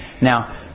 now